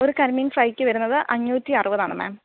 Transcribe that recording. ഒരു കരിമീൻ ഫ്രൈക്ക് വരുന്നത് അഞ്ഞൂറ്റി അറുപതാണ് മാം